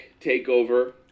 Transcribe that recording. takeover